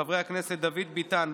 חברי הכנסת דוד ביטן,